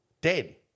Dead